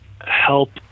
help